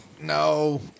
No